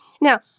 now